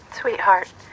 Sweetheart